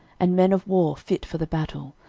and men of war fit for the battle,